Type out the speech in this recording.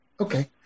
Okay